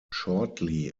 shortly